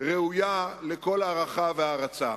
ראויה לכל הערכה והערצה.